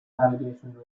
navigation